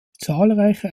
zahlreiche